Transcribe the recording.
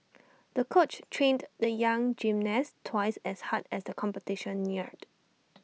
the coach trained the young gymnast twice as hard as the competition neared